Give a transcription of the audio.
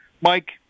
Mike